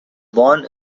born